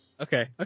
Okay